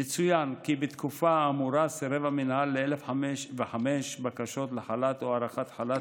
יצוין כי בתקופה האמורה סירב המינהל ל-1,005 בקשות לחל"ת או הארכת חל"ת,